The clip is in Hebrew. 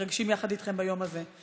מתרגשים יחד אתכם ביום הזה.